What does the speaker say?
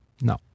No